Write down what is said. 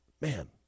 man